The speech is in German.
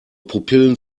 pupillen